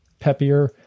peppier